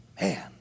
man